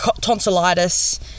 tonsillitis